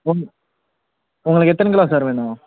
உங் உங்களுக்கு எத்தனை கிலோ சார் வேணும்